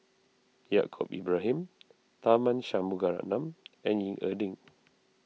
Yaacob Ibrahim Tharman Shanmugaratnam and Ying E Ding